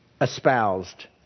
espoused